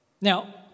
Now